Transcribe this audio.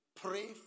Pray